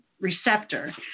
receptor